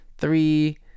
three